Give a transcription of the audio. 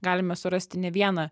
galime surasti ne vieną